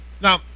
Now